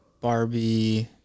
Barbie